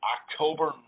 October